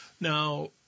Now